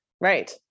Right